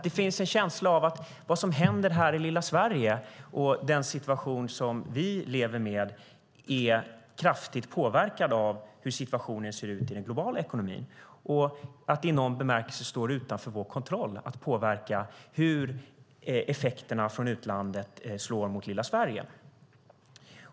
Det finns en känsla av att det som händer i lilla Sverige och den situation vi lever i är kraftigt påverkad av hur situationen ser ut för den globala ekonomin och att det i någon bemärkelse är utanför vår kontroll att påverka hur effekterna från utlandet slår mot Sverige.